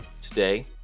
today